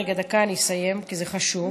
רגע, דקה אני אסיים, כי זה חשוב.